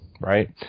right